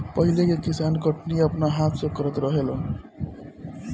पहिले के किसान कटनी अपना हाथ से करत रहलेन